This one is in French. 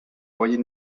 pourriez